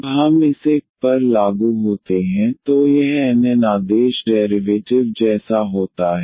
जब हम इसे y पर लागू होते हैं तो यह n n आदेश डेरिवेटिव जैसा होता है